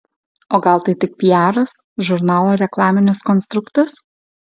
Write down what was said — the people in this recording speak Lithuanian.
o gal tai tik piaras žurnalo reklaminis konstruktas